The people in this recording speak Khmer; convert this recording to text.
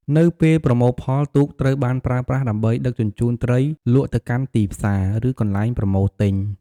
នៅពេលប្រមូលផល ទូកត្រូវបានប្រើប្រាស់ដើម្បីដឹកជញ្ជូនត្រីលក់ទៅកាន់ទីផ្សារ ឬកន្លែងប្រមូលទិញ។